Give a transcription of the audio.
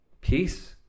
peace